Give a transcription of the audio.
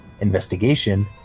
investigation